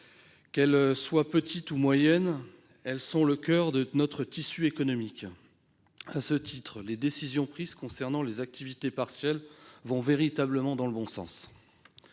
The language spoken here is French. Qu'elles soient petites ou moyennes, les entreprises sont le coeur de notre tissu économique. À ce titre, les décisions prises concernant l'activité partielle vont véritablement dans le bon sens.